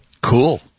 Cool